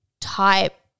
type